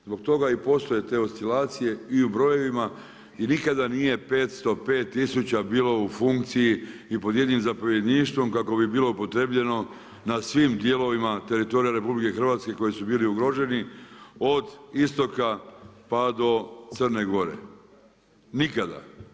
Zbog toga i postoje te oscilacije i u brojevima i nikada nije 505 tisuća bilo u funkciji i pod jednim zapovjedništvom kako bi bilo upotrjebljeno na svim dijelovima teritorija RH koji su bili ugroženi, od istoka pa do Crne Gore, nikada.